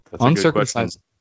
uncircumcised